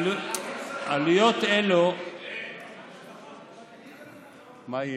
עלויות אלה, נו, מה יהיה?